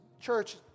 Church